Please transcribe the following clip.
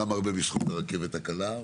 גם הרבה בזכות הרכבת הקלה.